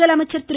முதலமைச்சர் திரு